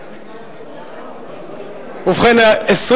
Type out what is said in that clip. בריאות ממלכתי (תיקון, מינוי